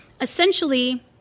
essentially